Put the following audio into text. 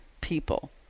people